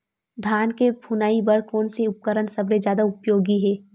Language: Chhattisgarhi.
धान के फुनाई बर कोन से उपकरण सबले जादा उपयोगी हे?